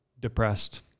depressed